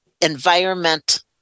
environment